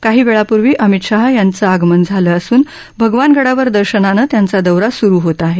काही वेळापूर्वी अमित शाह यांचं आगमन झाले असून भगवान गडावर दर्शनाने त्यांचा दौरा सूरु होत आहे